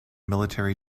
military